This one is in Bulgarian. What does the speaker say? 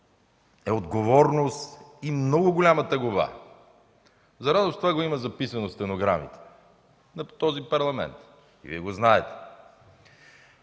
е отговорност и много голяма тегоба. За радост това го има записано в стенограмите на този Парламент. И Вие го знаете.